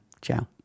Ciao